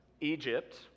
Egypt